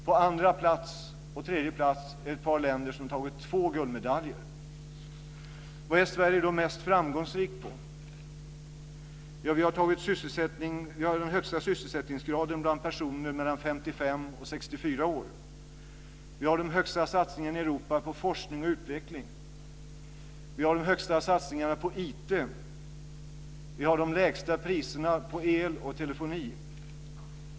På andra och tredje plats kommer ett par länder som har tagit två guldmedaljer. Vad är Sverige då mest framgångsrikt på? Vi har den högsta sysselsättningsgraden bland personer mellan 55 och 64 år. Vi har den högsta satsningen i Europa på forskning och utveckling. Vi har de högsta satsningarna på IT. Vi har de lägsta priserna på el och telefoni.